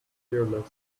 fearless